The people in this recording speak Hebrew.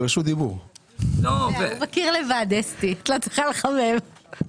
הוא מכיר לבד, אסתי, את לא צריכה לחמם.